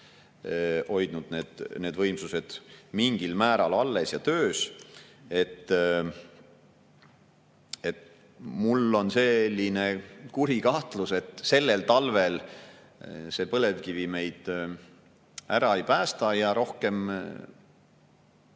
hoidnud need võimsused mingil määral alles ja töös. Mul on selline kuri kahtlus, et sellel talvel põlevkivi meid ära ei päästa ja rohkem